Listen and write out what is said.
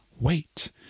Wait